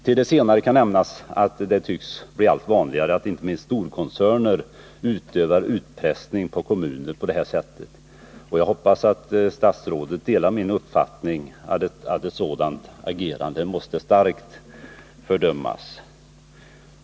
Det tycks bli allt vanligare att inte minst stora koncerner på det här sättet utövar utpressning på kommuner. Jag hoppas att statsrådet delar min uppfattning att ett sådant agerande måste starkt fördömas.